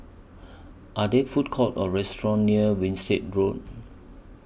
Are There Food Courts Or restaurants near Winstedt Road